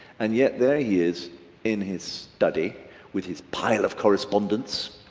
and yet there he is in his study with his pile of correspondence,